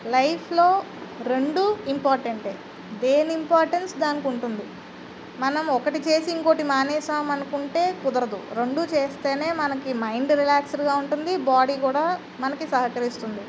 లైఫ్లో రెండూ ఇంపార్టెంటే దేని ఇంపార్టెన్స్ దానికి ఉంటుంది మనం ఒకటి చేసి ఇంకోటి మానేసాము అనుకుంటే కుదరదు రెండూ చేస్తేనే మనకి మైండ్ రిలాక్స్డ్గా ఉంటుంది బాడీ కూడా మనకి సహకరిస్తుంది